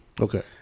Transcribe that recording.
Okay